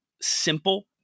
simple